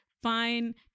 Fine